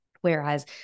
Whereas